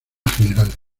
general